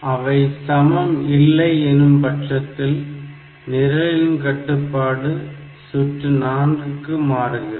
அவை சமம் இல்லை என்னும் பட்சத்தில் நிரலின் கட்டுப்பாடு சுற்று L4 க்கு மாறுகிறது